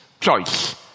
choice